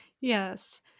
Yes